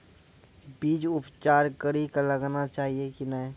बीज उपचार कड़ी कऽ लगाना चाहिए कि नैय?